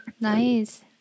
Nice